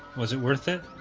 was it worth it?